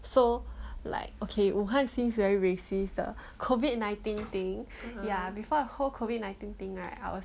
so like okay 武汉 seems very racist ah COVID nineteen thing ya before the whole COVID nineteen thing right I was